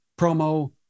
promo